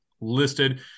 listed